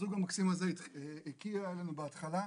הזוג המקסים הזה הגיע אלינו בהתחלה,